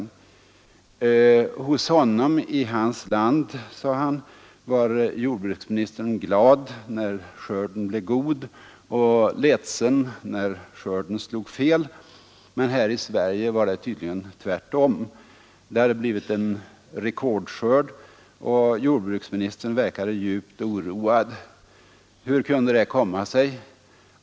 I hans hemland, sade ambassadören, var jordbruksministern glad när skörden blev god och ledsen när skörden slog fel, men här i Sverige var det tydligen tvärtom. Det hade blivit en redordskörd och jordbruksministern verkade djupt oroad. Hur kunde det komma sig?